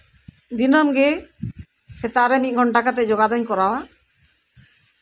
ᱫᱤᱱᱟᱹᱢ ᱜᱮ ᱥᱮᱛᱟᱜ ᱨᱮ ᱢᱤᱫ ᱜᱷᱚᱱᱴᱟ ᱠᱟᱛᱮ ᱡᱳᱜᱟ ᱫᱩᱧ ᱠᱚᱨᱟᱣᱟ